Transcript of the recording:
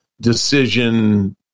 decision